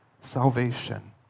salvation